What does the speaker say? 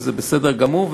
וזה בסדר גמור.